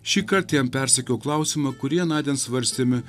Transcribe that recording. šįkart jam persakiau klausimą kurį anądien svarstėme